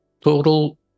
total